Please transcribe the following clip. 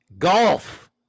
Golf